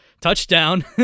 touchdown